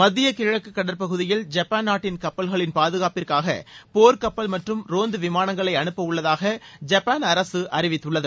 மத்திய கிழக்கு கடற்பகுதியில் ஜப்பான் நாட்டின் கப்பல்களின் பாதுகாப்பிற்காக போர்க்கப்பல் மற்றும் ரோந்து விமானங்களை அனுப்ப உள்ளதாக ஜப்பான் அரசு அறிவித்துள்ளது